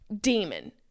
Demon